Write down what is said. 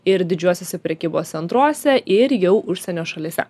ir didžiuosiuose prekybos centruose ir jau užsienio šalyse